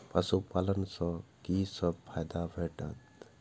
पशु पालन सँ कि सब फायदा भेटत?